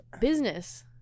Business